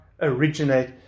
originate